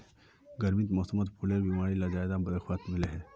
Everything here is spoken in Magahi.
गर्मीर मौसमोत फुलेर बीमारी ला ज्यादा दखवात मिलोह